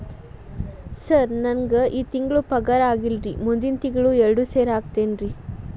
sir ನಂಗ ಈ ತಿಂಗಳು ಪಗಾರ ಆಗಿಲ್ಲಾರಿ ಮುಂದಿನ ತಿಂಗಳು ಎರಡು ಸೇರಿ ಹಾಕತೇನ್ರಿ